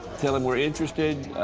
tell him, we're interested.